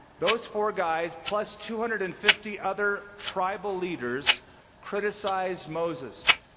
those four guys plus two hundred and fifty other tribal leaders criticized moses.